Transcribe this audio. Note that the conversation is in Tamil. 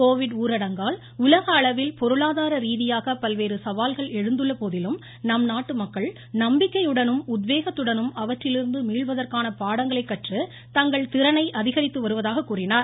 கோவிட் ஊரடங்கால் உலக அளவில் பொருளாதார ரீதியாக பல்வேறு சவால்கள் எழுந்துள்ள போதிலும் நம் நாட்டு மக்கள் நம்பிக்கையுடனும் உத்வேகத்துடனும் அவற்றிலிருந்து மீள்வதற்கான பாடங்களை கற்று தங்கள் திறனை அதிகரித்து வருவதாக கூறினார்